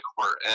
court